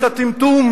את הטמטום,